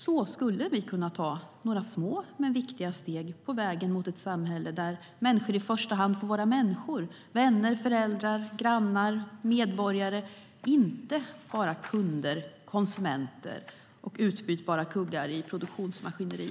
Så skulle vi kunna ta några små men viktiga steg på vägen mot ett samhälle där människor i första hand får vara människor - vänner, föräldrar, grannar och medborgare - och inte bara kunder, konsumenter och utbytbara kuggar i produktionsmaskineriet.